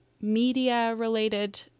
media-related